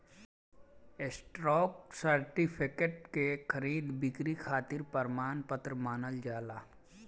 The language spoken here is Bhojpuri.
स्टॉक सर्टिफिकेट के खरीद बिक्री खातिर प्रमाण पत्र मानल जाला